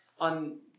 on